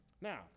Now